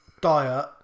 diet